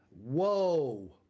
whoa